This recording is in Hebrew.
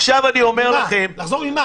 לחזור ממה?